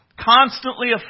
constantly